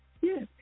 Yes